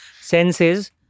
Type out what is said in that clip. senses